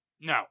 No